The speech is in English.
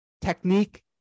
technique